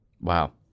Wow